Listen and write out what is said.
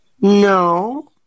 No